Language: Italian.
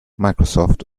microsoft